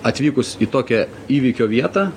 atvykus į tokią įvykio vietą